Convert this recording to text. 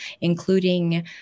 including